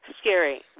scary